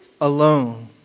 alone